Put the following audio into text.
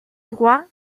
droit